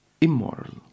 immoral